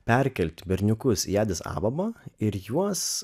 perkelt berniukus janis avomo ir juos